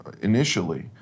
Initially